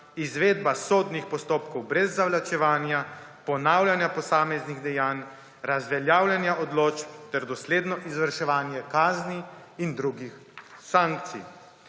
izvedba sodnih postopkov brez zavlačevanja, ponavljanja posameznih dejanj, razveljavljanja odločb ter dosledno izvrševanje kazni in drugih sankcij.